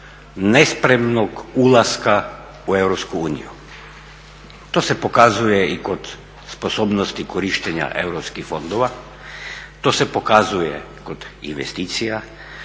nespremnog ulaska u EU. To se pokazuje i kod sposobnosti korištenja EU fondova, to se pokazuje i kod investicija,